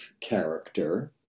character